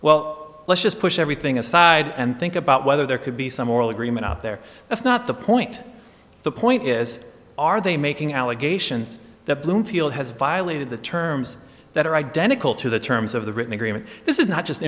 well let's just push everything aside and think about whether there could be some oral agreement out there that's not the point the point is are they making allegations that bloomfield has violated the terms that are identical to the terms of the written agreement this is not just